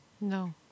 no